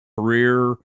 career